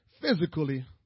physically